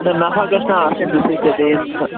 نہَ نَفع گژھِ نا آسُن تِتھُے تہِ بیٚیہِ یُس سُہ